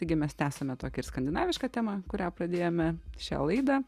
taigi mes tęsiame tokią ir skandinavišką temą kurią jau pradėjome šią laidą